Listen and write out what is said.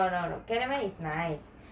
no no no caramel is nice